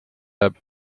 jääb